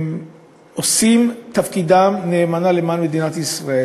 הם עושים תפקידם נאמנה למען מדינת ישראל,